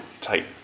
tight